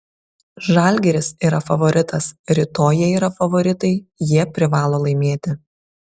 žalgiris yra favoritas rytoj jie yra favoritai jie privalo laimėti